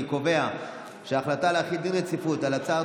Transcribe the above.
אני קובע שההחלטה להחיל דין רציפות על הצעת